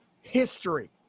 history